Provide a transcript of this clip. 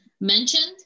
mentioned